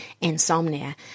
insomnia